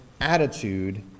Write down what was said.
attitude